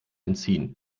entziehen